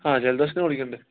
ആ ജലദോഷത്തിന് ഗുളികയുണ്ട്